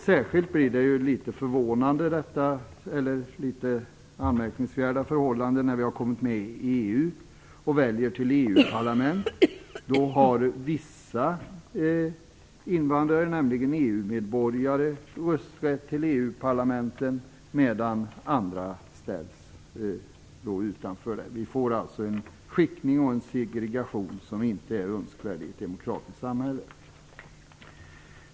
Särskilt anmärkningsvärt har detta förhållande blivit när vi har kommit med i EU och väljer till EU parlamentet. Då har vissa invandrare, nämligen EU medborgare, rösträtt till EU-parlamentet, medan andra ställs utanför. Vi får alltså en skiktning och en segregation som inte är önskvärd i ett demokratiskt samhälle.